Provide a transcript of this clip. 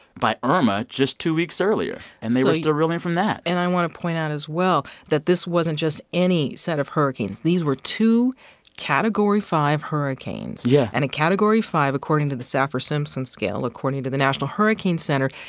by irma just two weeks earlier. and they were still reeling from that and i want to point out as well that this wasn't just any set of hurricanes. these were two category five hurricanes yeah and a category five, according to the saffir-simpson scale, according to the national hurricane center,